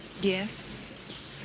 Yes